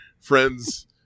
friends